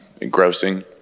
engrossing